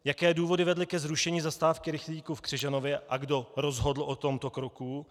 Jaké důvody vedly ke zrušení zastávky rychlíků v Křižanově a kdo rozhodl o tomto kroku?